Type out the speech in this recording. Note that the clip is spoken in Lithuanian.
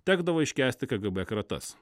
tekdavo iškęsti kgb kratas